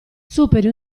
superi